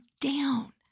down